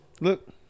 Look